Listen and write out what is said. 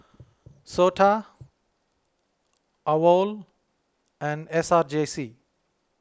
Sota Awol and S R J C